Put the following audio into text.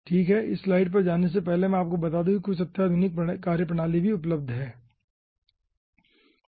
ठीक है इस स्लाइड पर जाने से पहले मैं आपको बता दूं कि कुछ अत्याधुनिक कार्यप्रणाली भी उपलब्ध हैं